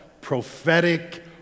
prophetic